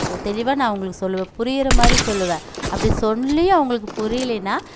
ஒ தெளிவாக நான் அவங்களுக்கு சொல்லுவேன் புரியமாதிரி சொல்லுவேன் அப்படி சொல்லியும் அவங்களுக்குப் புரிலனா